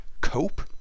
cope